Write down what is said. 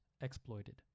Exploited